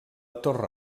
torre